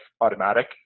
automatic